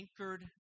anchored